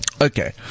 Okay